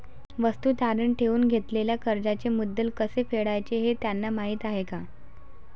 वस्तू तारण ठेवून घेतलेल्या कर्जाचे मुद्दल कसे फेडायचे हे त्यांना माहीत आहे का?